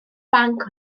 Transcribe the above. banc